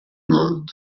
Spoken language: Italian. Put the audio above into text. nord